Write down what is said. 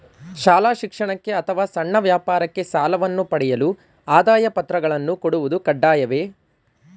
ಶಾಲಾ ಶಿಕ್ಷಣಕ್ಕೆ ಅಥವಾ ಸಣ್ಣ ವ್ಯಾಪಾರಕ್ಕೆ ಸಾಲವನ್ನು ಪಡೆಯಲು ಆದಾಯ ಪತ್ರಗಳನ್ನು ಕೊಡುವುದು ಕಡ್ಡಾಯವೇ?